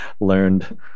learned